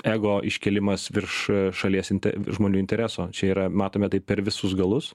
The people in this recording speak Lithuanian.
ego iškėlimas virš šalies inte žmonių intereso čia yra matome taip per visus galus